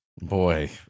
Boy